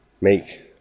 make